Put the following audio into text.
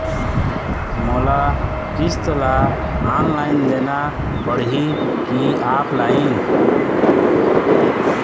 मोला किस्त ला ऑनलाइन देना पड़ही की ऑफलाइन?